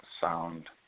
sound